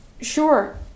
Sure